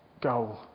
goal